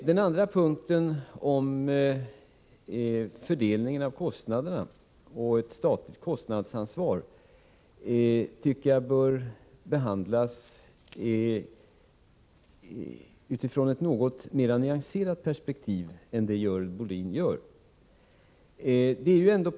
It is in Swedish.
Den andra punkten, om fördelningen av kostnaderna och ett statligt kostnadsansvar, tycker jag bör behandlas i ett något mera nyanserat perspektiv än det Görel Bohlin utgick ifrån.